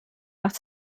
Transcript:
nach